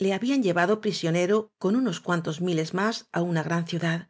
le habían llevado prisionero con unos cuantos miles más á una gran ciudad